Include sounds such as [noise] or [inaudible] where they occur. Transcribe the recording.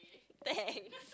thanks [laughs]